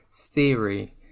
Theory